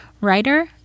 writer